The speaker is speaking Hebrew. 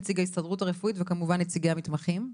נציג ההסתדרות הרפואית וכמובן נציגי המתמחים.